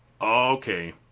okay